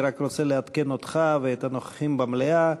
אני רק רוצה לעדכן אותך ואת הנוכחים במליאה,